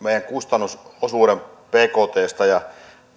meidän kustannusosuutemme bktstä